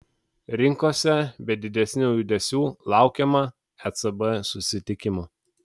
rinkose be didesnių judesių laukiama ecb susitikimo